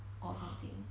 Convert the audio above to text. or something